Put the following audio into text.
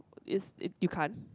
is it you can't